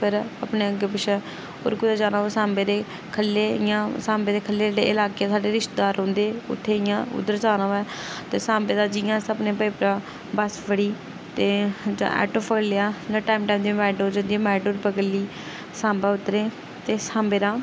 पर अपने अग्गें पिच्छें होर कुतै जाना होऐ साम्बे दे खल्लै इ'यां सांबे दे खल्लै जेह्ड़े इलाके साढ़े रिश्तेदार रौंहदे उत्थे इ'यां उद्धर जाना होऐ ते साम्बे दा जियां अस अपने प्योके दा बस फड़ी ते जां आटो फड़ी लेआ जां टाइम टाइम दियां मोटाडोर जंदियां मेटाडोर पकड़ी लेई साम्बा उतरे ते साम्बे दा